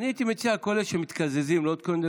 אני הייתי מציע שכל אלה שמתקזזים ולא התכוונו,